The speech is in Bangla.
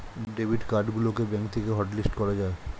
ডেবিট কার্ড গুলোকে ব্যাঙ্ক থেকে হটলিস্ট করা যায়